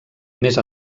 més